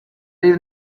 even